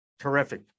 terrific